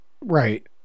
Right